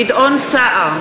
גדעון סער,